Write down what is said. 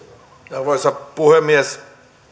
arvoisa puhemies